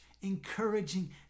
encouraging